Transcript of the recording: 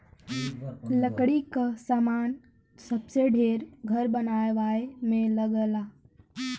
लकड़ी क सामान सबसे ढेर घर बनवाए में लगला